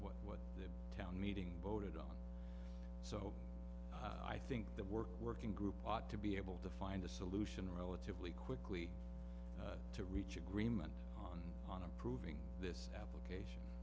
apply town meeting voted on so i think the work working group ought to be able to find a solution relatively quickly to reach agreement on on approving this application